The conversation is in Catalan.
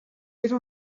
era